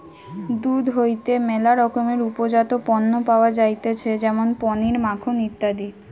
দুধ হইতে ম্যালা রকমের উপজাত পণ্য পাওয়া যাইতেছে যেমন পনির, মাখন ইত্যাদি